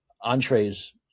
Entrees